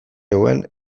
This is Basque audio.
zuen